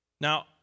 Now